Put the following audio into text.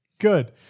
Good